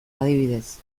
adibidez